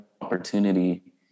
opportunity